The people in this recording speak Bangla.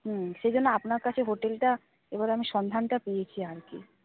হুম সেইজন্য আপনার কাছে হোটেলটা এবার আমি সন্ধানটা পেয়েছি আর কি